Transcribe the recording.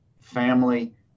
family